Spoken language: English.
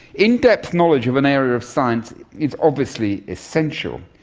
in-depth knowledge of an area of science is obviously essential,